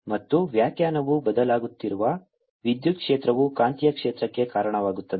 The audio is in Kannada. ಮತ್ತು ವ್ಯಾಖ್ಯಾನವು ಬದಲಾಗುತ್ತಿರುವ ವಿದ್ಯುತ್ ಕ್ಷೇತ್ರವು ಕಾಂತೀಯ ಕ್ಷೇತ್ರಕ್ಕೆ ಕಾರಣವಾಗುತ್ತದೆ